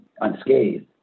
unscathed